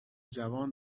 جوان